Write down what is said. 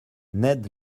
ned